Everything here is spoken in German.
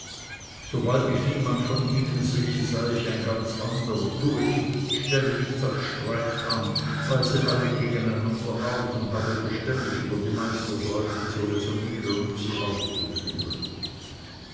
sobald mich niemand von ihnen sehe sei ich ein ganz anderer tue nichts stelle nichts als streit an weise alle gegeneinander auf und habe beständig über die meisterleute zu räsonnieren und sie auszuführen